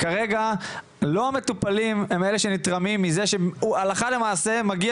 כרגע לא המטופלים הם אלה שנתרמים מזה שהלכה למעשה מגיע